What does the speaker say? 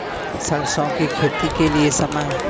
सरसों की खेती के लिए समय?